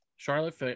Charlotte